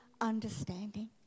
understanding